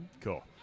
cool